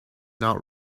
not